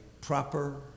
proper